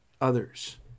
others